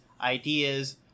ideas